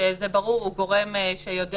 -- שזה ברור וזה גורם שיודע